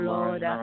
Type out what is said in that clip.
Lord